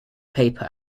paper